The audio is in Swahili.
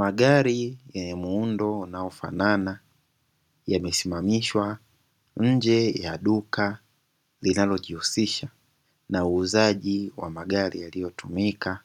Magari yenye muundo unao fanana, yamesimamishwa nje ya duka linalojihusisha na uuzaji wa magari yaliyotumika